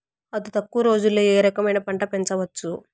అతి తక్కువ రోజుల్లో ఏ రకమైన పంట పెంచవచ్చు?